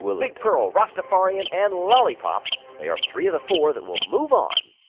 big pearl, rastafarian and lollipop they are three of the four that will move on.